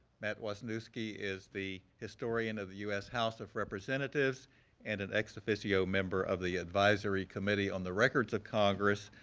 matt wasniewski is the historian of the u s. house of representatives and an ex-officio member of the advisory committee on the records of congress,